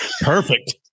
perfect